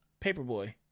Paperboy